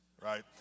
right